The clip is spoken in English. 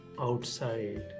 outside